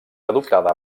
adoptada